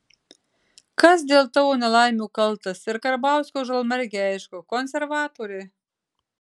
kas dėl tavo nelaimių kaltas ir karbauskio žalmargei aišku konservatoriai